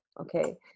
okay